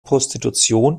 prostitution